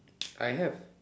I have